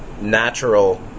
natural